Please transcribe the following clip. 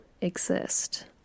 exist